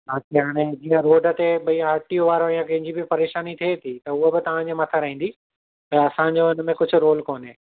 बाक़ी हाणे जीअं रोड ते भई हीअ आर टी वारो या कंहिंजी बि परेशानी थिए थी त उहा बि तंव्हांजे मथां रहंदी असांजो हुनमें कुझु रोल कोनहे